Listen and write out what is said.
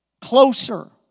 closer